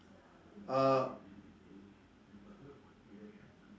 uh